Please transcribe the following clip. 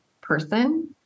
person